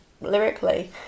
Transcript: lyrically